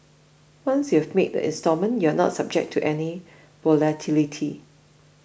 once you have made the installment you are not subject to any volatility